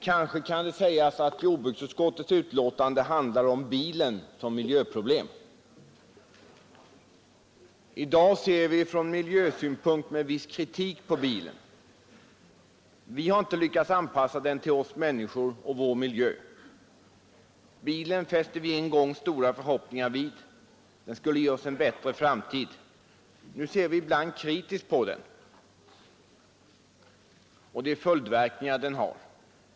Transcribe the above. Kanske kan det sägas att jordbruksutskottets betänkande handlar om bilen som miljöproblem. I dag ser vi från miljösynpunkt med viss kritik på bilen. Vi har inte lyckats anpassa den till oss människor och vår miljö. Bilen fäste vi en gång stora förhoppningar vid — den skulle ge oss en bättre framtid. Nu ser vi ibland kritiskt på den och de följdverkningar den har.